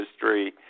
history